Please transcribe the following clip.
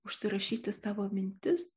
užsirašyti savo mintis